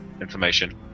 information